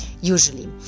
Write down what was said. usually